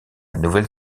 nouvelle